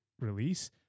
release